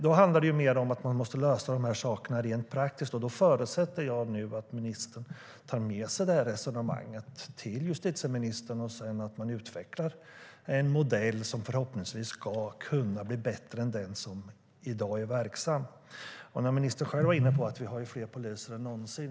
Då handlar det alltså mer om att man måste lösa de här sakerna rent praktiskt, och jag förutsätter att ministern nu tar med sig det här resonemanget till justitieministern och att man utvecklar en modell som förhoppningsvis ska kunna bli bättre än den vi har i dag. Ministern var inne på att vi har fler poliser än någonsin.